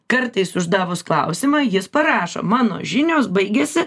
kartais uždavus klausimą jis parašo mano žinios baigiasi